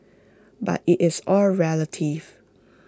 but IT is all relative